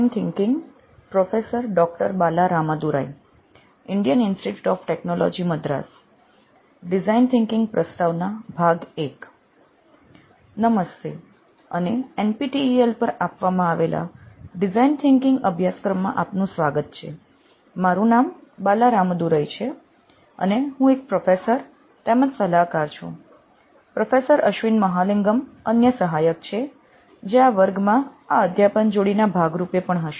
નમસ્તે અને NPTEL પર ઓફર કરેલા ડિઝાઇન થિંકિંગ કોર્સમાં આપનું સ્વાગત છે મારું નામ બાલા રામદુરાય છે અને હું એક પ્રોફેસર તેમજ સલાહકાર છુ પ્રોફેસર અશ્વિન મહાલિંગમ અન્ય સહાયક છે જે આ વર્ગ મા આ અધ્યાપન જોડીના ભાગ રૂપે પણ હશે